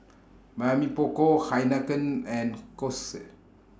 Mamy Poko Heinekein and Kose